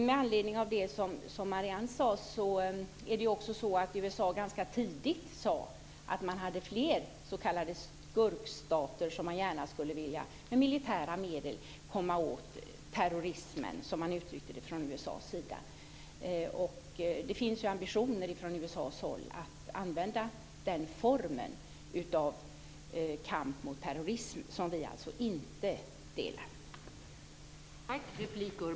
Med anledning av det som Marianne Andersson sade är det ju också så att USA ganska tidigt sade att det var fler s.k. skurkstater där man med militära medel gärna skulle vilja komma åt terrorismen, som man uttryckte det från USA:s sida. Det finns ju ambitioner från USA:s håll att använda den formen av kamp mot terrorism som vi alltså inte stöder.